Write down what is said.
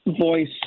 voice